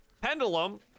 Pendulum